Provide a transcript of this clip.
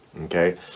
okay